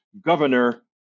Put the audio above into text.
governor